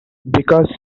because